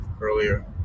earlier